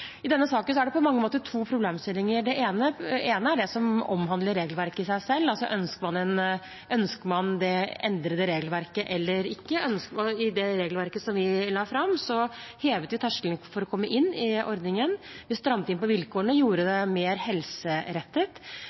I denne saken er det på mange måter to problemstillinger. Den ene er det som omhandler regelverket i seg selv, om man ønsker det endrede regelverket eller ikke. I det regelverket som vi la fram, hevet vi terskelen for å komme inn i ordningen. Vi strammet inn på vilkårene og gjorde den mer helserettet.